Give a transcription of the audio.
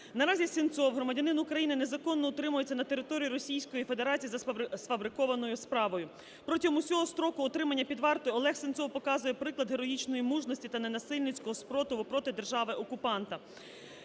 Наразі Сенцов, громадянин України, незаконно утримується на території Російської Федерації за сфабрикованою справою. Протягом усього строку утримання під вартою Олег Сенцов показує приклад героїчної мужності та ненасильницького спротиву проти держави-окупанта.